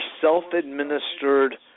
self-administered